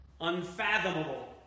Unfathomable